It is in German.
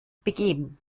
begeben